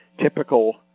typical